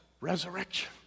resurrection